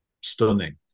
stunning